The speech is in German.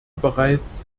bereits